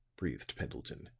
breathed pendleton,